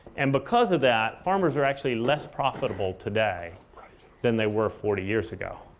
and because of that, farmers are actually less profitable today than they were forty years ago.